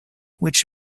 which